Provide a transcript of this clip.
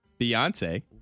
Beyonce